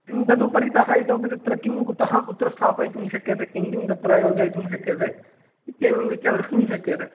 तदुपरितः इतोपि तत्र किं कुतः कुत्र स्थापयितुं शक्यते किं किं तत्र योजयितुं शक्यते इत्येवं रीत्या द्रष्टुं शक्यते